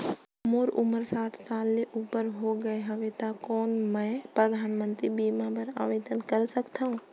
मोर उमर साठ साल ले उपर हो गे हवय त कौन मैं परधानमंतरी बीमा बर आवेदन कर सकथव?